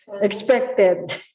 expected